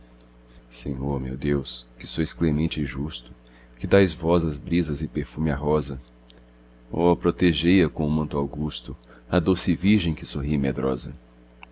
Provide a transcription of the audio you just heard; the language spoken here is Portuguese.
senhor meu deus que sois clemente e justo que dais voz às brisas e perfume à rosa oh protegei a com o manto augusto a doce virgem que sorri medrosa